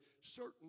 certain